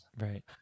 Right